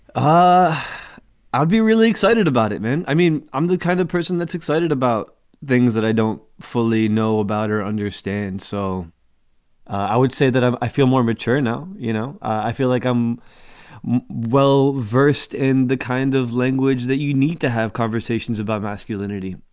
um ah i'd be really excited about it, man. i mean, i'm the kind of person that's excited about things that i don't fully know about or understand. so i would say that i feel more mature now. you know, i feel like i'm well versed in the kind of language that you need to have conversations about masculinity.